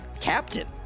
Captain